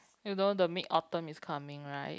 you know the Mid Autumn is coming right